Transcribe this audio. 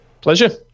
Pleasure